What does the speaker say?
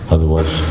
Otherwise